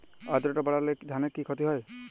আদ্রর্তা বাড়লে ধানের কি ক্ষতি হয়?